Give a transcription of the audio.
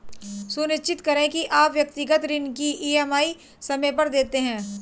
सुनिश्चित करें की आप व्यक्तिगत ऋण की ई.एम.आई समय पर देते हैं